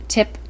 Tip